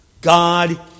God